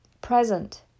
Present